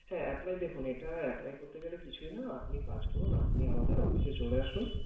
হ্যাঁ অ্যাপ্লাই দেখুন এটা অ্যাপ্লাই করতে গেলে কিছুই না আপনি কাজ করুন আপনি আমাদের অফিসে চলে আসুন